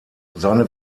seine